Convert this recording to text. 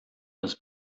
das